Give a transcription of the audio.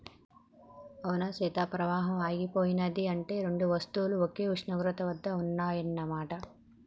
అవునా సీత పవాహం ఆగిపోయినది అంటే రెండు వస్తువులు ఒకే ఉష్ణోగ్రత వద్ద ఉన్నాయన్న మాట